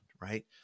right